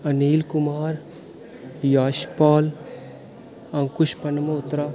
Anil Kumar Yashpal Ankush Panmotra